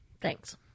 Thanks